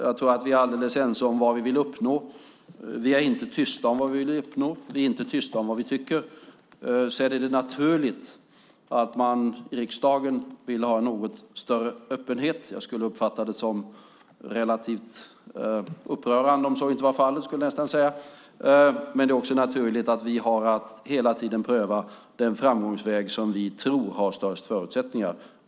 Jag tror att vi är helt ense om vad vi vill uppnå. Vi är inte tysta med vad vi vill uppnå. Vi är inte tysta med vad vi tycker. Det är naturligt att man i riksdagen vill ha en något större öppenhet - jag skulle uppfatta det som relativt upprörande om så inte var fallet. Men det är också naturligt att vi har att hela tiden pröva den framgångsväg som vi tror har störst förutsättningar.